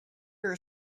her